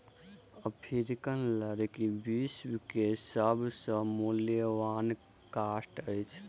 African लकड़ी विश्व के सभ से मूल्यवान काठ अछि